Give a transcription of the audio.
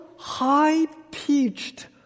high-pitched